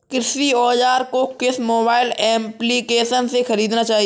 कृषि औज़ार को किस मोबाइल एप्पलीकेशन से ख़रीदना चाहिए?